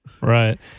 Right